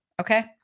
okay